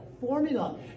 formula